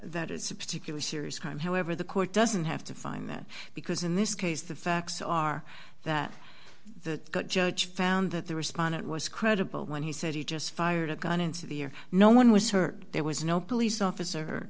that it's a particular serious crime however the court doesn't have to find that because in this case the facts are that the judge found that the respondent was credible when he said he just fired a gun into the air no one was hurt there was no police officer